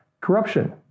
corruption